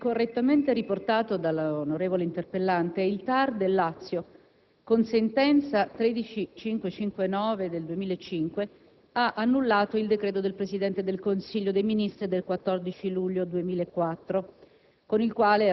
Come correttamente riportato dall'onorevole interpellante, il TAR del Lazio, con sentenza n. 13559 del 2005, ha annullato il decreto del Presidente del Consiglio dei ministri del 14 luglio 2004,